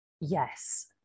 Yes